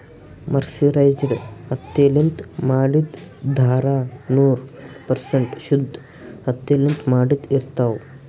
mercerized ಹತ್ತಿಲಿಂತ್ ಮಾಡಿದ್ದ್ ಧಾರಾ ನೂರ್ ಪರ್ಸೆಂಟ್ ಶುದ್ದ್ ಹತ್ತಿಲಿಂತ್ ಮಾಡಿದ್ದ್ ಇರ್ತಾವ್